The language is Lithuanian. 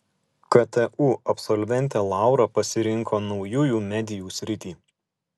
ktu absolventė laura pasirinko naujųjų medijų sritį